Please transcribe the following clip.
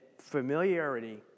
familiarity